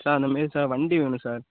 sir இந்த மாதிரி sir வண்டி வேணும் சார்